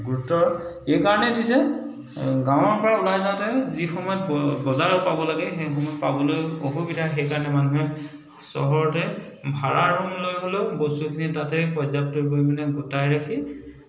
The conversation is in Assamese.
গুৰুত্ব এইকাৰণে দিছে গাঁৱৰ পৰা ওলাই যাওঁতে যি সময়ত বজাৰো পাব লাগে সেই সময়ত পাবলৈ অসুবিধা সেই কাৰণে মানুহে চহৰতে ভাড়া ৰুম লৈ হ'লেও বস্তুখিনি তাতে পৰ্যাপ্ত পৰিমাণে গোটাই ৰাখি